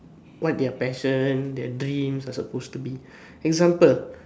what their passion their dreams are suppose to be example